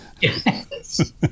Yes